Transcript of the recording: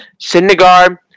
Syndergaard